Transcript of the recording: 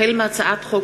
החל בהצעת חוק